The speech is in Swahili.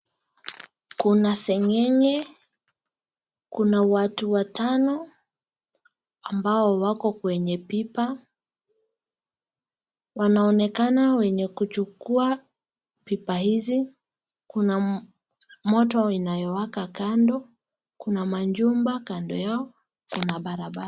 Kuna seng'eng'e, kuna watu watano ambao wako kwenye pipa. Wanaonekana wenye kuchukua pipa hizi. Kuna moto inayowaka kando, kuna majumba kando yao, kuna barabara.